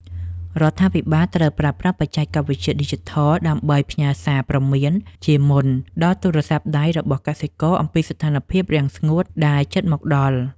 រដ្ឋាភិបាលត្រូវប្រើប្រាស់បច្ចេកវិទ្យាឌីជីថលដើម្បីផ្ញើសារព្រមានជាមុនដល់ទូរស័ព្ទដៃរបស់កសិករអំពីស្ថានភាពរាំងស្ងួតដែលជិតមកដល់។